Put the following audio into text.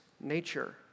nature